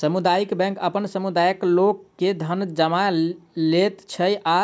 सामुदायिक बैंक अपन समुदायक लोक के धन जमा लैत छै आ